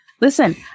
Listen